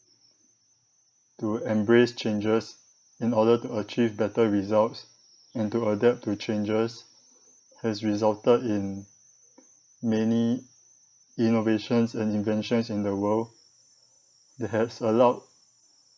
to embrace changes in order to achieve better results and to adapt to changes has resulted in many innovations and inventions in the world that has allowed